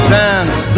dance